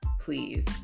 please